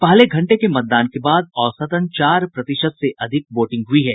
पहले घंटे के मतदान के बाद औसतन चार प्रतिशत से अधिक मतदान हुआ है